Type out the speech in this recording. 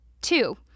Two